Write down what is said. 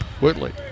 Whitley